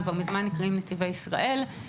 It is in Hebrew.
הם כבר מזמן נקראים נתיבי ישראל,